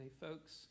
Folks